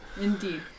Indeed